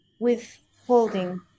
Withholding